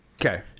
okay